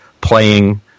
playing